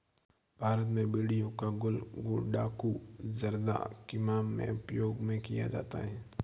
भारत में बीड़ी हुक्का गुल गुड़ाकु जर्दा किमाम में उपयोग में किया जाता है